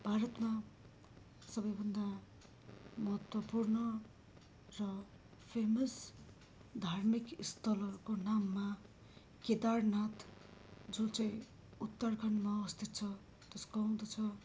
भारतमा सबैभन्दा महत्वपूर्ण र फेमस धार्मिक स्थलहरूको नाममा केदारनाथ जो चाहिँ उत्तरखण्डमा अवस्थित छ त्यसको आउँदछ